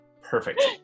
perfect